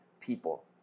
people